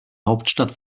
hauptstadt